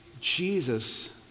Jesus